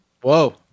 Whoa